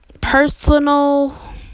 personal